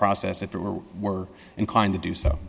process if it were were inclined to do so